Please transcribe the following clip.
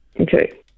Okay